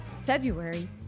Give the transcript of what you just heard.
February